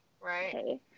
right